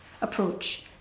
approach